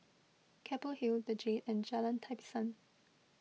Keppel Hill the Jade and Jalan Tapisan